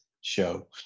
show